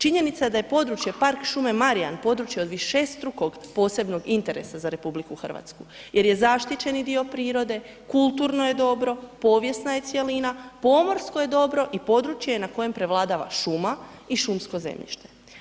Činjenica da je područje Park šume Marjan područje od višestrukog posebnog interesa za RH jer je zaštićeni dio prirode, kulturno je dobro, povijesna je cjelina, pomorsko je dobro i područje na kojem prevladava šuma i šumsko zemljište.